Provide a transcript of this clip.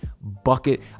bucket